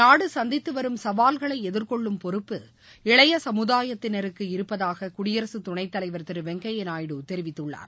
நாடு சந்தித்துவரும் சவால்களை எதிர்கொள்ளும் பொறுப்பு இளைய சமுதாயத்தினருக்கு இருப்பதாக குடியரசுத் துணைத்தலைவர் திரு வெங்கையா நாயுடு தெரிவித்துள்ளார்